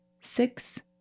six